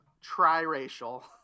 tri-racial